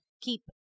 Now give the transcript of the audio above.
keep